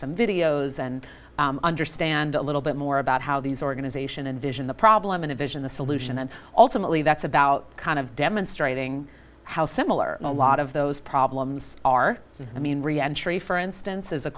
some videos and understand a little bit more about how these organization and vision the problem in a vision the solution and ultimately that's about kind of demonstrating how similar a lot of those problems are i mean really entry for instance is a